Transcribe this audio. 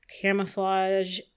camouflage